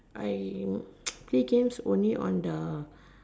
I play games only on the